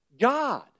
God